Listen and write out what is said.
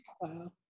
Wow